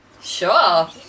Sure